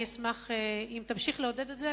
אני אשמח אם תמשיך לעודד את זה.